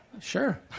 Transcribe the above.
Sure